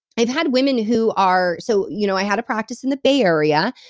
i've had women who are. so you know i had a practice in the bay area,